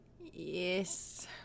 Yes